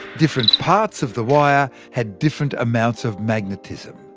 different parts of the wire had different amounts of magnetism.